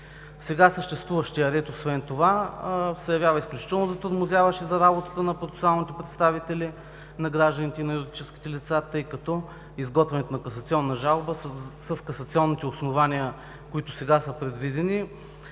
Сега съществуващият ред, освен това, се явява изключително затормозяващ за работата на процесуалните представители на гражданите и на юридическите лица, тъй като изготвянето на касационна жалба с касационните основания, които сега са предвидени,